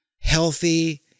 healthy